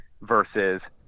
versus